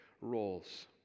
roles